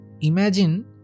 Imagine